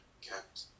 kept